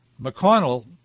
McConnell